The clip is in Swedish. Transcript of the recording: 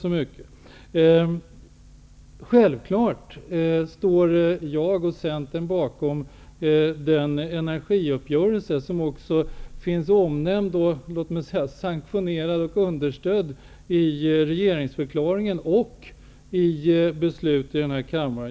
Jag och Centern står självfallet bakom den energiuppgörelse som är omnämnd, sanktionerad och understödd i regeringsförklaringen och genom beslut i den här kammaren.